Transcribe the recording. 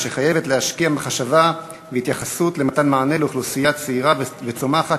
ושחייבת להשקיע מחשבה והתייחסות למתן מענה לאוכלוסייה צעירה וצומחת,